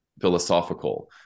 philosophical